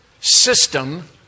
system